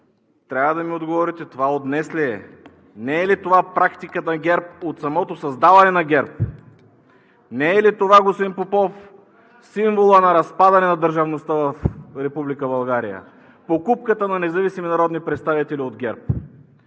трябва да ми отговорите това от днес ли е? Не е ли това практиката на ГЕРБ от самото създаване на ГЕРБ? Не е ли това, господин Попов, символът на разпадане на държавността в Република България – покупката на независими народни представители от ГЕРБ?